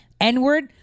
N-word